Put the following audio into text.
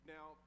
Now